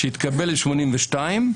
שהתקבל ב-1982,